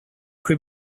cui